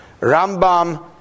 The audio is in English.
Rambam